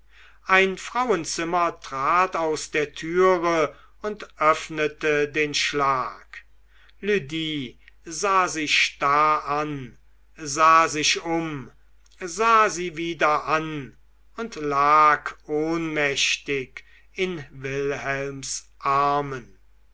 ein frauenzimmer trat aus der türe und öffnete den schlag lydie sah sie starr an sah sich um sah sie wieder an und lag ohnmächtig in wilhelms armen